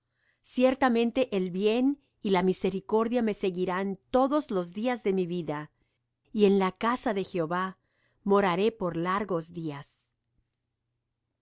ciertamente el bien y la misericordia me seguirán todos los días de mi vida y en la casa de jehová moraré por largos días